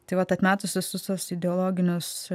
tai vat atmetus visus tuos ideologinius